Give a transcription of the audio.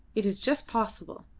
it is just possible.